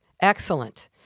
Excellent